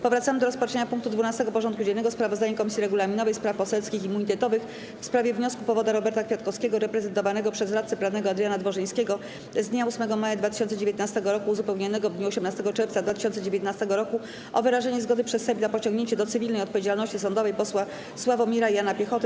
Powracamy do rozpatrzenia punktu 12. porządku dziennego: Sprawozdanie Komisji Regulaminowej, Spraw Poselskich i Immunitetowych w sprawie wniosku powoda Roberta Kwiatkowskiego reprezentowanego przez radcę prawnego Adriana Dworzyńskiego z dnia 8 maja 2019 r., uzupełnionego w dniu 18 czerwca 2019 r., o wyrażenie zgody przez Sejm na pociągnięcie do cywilnej odpowiedzialności sądowej posła Sławomira Jana Piechoty.